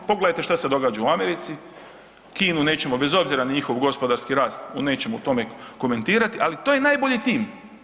Pogledajte što se događa u Americi, Kinu nećemo bez obzira na njihov gospodarski rast nećemo o tome komentirati, ali to je najbolji tim.